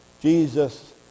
Jesus